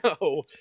no